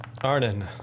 Arden